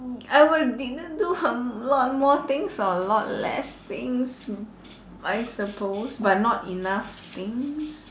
I would either do a lot more things or a lot less things I suppose but not enough things